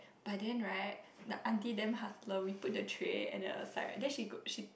but then right the auntie damn hustler we put the tray at the side right then she go she